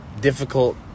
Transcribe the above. difficult